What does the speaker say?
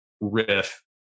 riff